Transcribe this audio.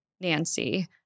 Nancy